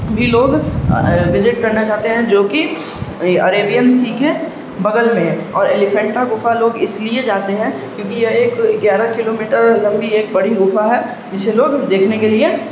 بھی لوگ وزٹ کرنا چاہتے ہیں جو کہ عریبین سی کے بغل میں اور ایلیفینٹ کا گفا لوگ اس لیے جاتے ہیں کیونکہ یہ ایک گیارہ کلو میٹر لمبی ایک بڑی گفا ہے جسے لوگ دیکھنے کے لیے